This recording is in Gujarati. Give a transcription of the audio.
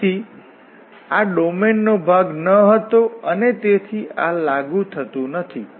તેથી તેથી આ ડોમેનનો ભાગ ન હતો અને તેથી આ લાગુ થતું નથી